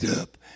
up